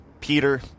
Peter